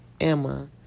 Emma